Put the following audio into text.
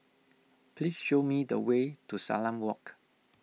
please show me the way to Salam Walk